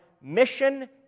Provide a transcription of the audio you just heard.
mission